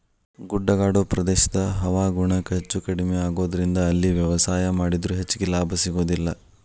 ಗುಡ್ಡಗಾಡು ಪ್ರದೇಶದ ಹವಾಗುಣ ಹೆಚ್ಚುಕಡಿಮಿ ಆಗೋದರಿಂದ ಅಲ್ಲಿ ವ್ಯವಸಾಯ ಮಾಡಿದ್ರು ಹೆಚ್ಚಗಿ ಲಾಭ ಸಿಗೋದಿಲ್ಲ